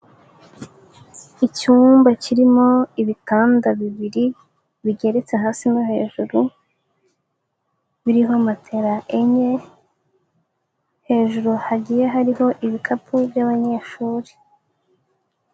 Icyumba kirimo ibitanda bibiri bigeretse hasi no hejuru, biriho matera enye hejuru hagiye hariho ibikapu by'abanyeshuri.